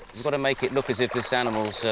but to make it look as if this animal so